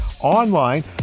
online